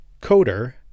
coder